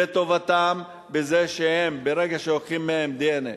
לטובתם, בזה שברגע שלוקחים מהם DNA,